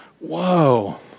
Whoa